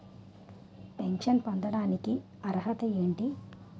Pension పొందడానికి అర్హత ఏంటి?